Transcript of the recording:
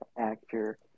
actor